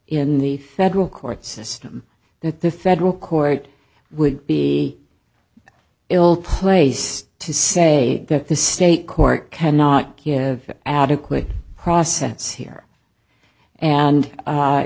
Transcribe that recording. in the federal court system that the federal court would be ill place to say that the state court cannot give adequate process here and